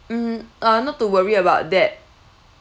mm uh not to worry about that